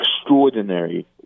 extraordinary